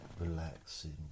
relaxing